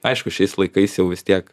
aišku šiais laikais jau vis tiek